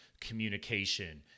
communication